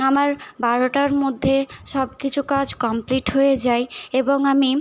আমার বারোটার মধ্যে সব কিছু কাজ কমপ্লিট হয়ে যায় এবং আমি